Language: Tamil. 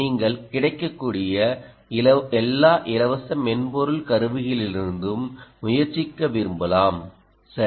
நீங்கள் கிடைக்கக்கூடிய எல்லா இலவச மென்பொருள் கருவிகளிலிருந்தும் முயற்சிக்க விரும்பலாம் சரி